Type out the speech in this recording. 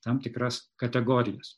tam tikras kategorijas